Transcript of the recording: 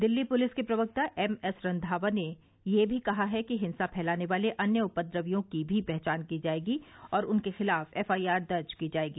Delhi police के प्रवक्ता MS Randhawa ने यह भी कहा है कि हिंसा फैलाने वाले अन्य उपद्रवियों की भी पहचान की जायेगी और उनके खिलाफ एफ आई आर दर्ज की जायेगी